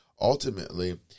ultimately